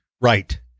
right